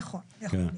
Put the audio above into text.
נכון, יכול להיות.